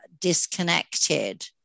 disconnected